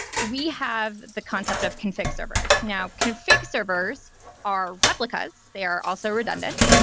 we have the concept of config servers. now, config servers are replicas. they are also redundant,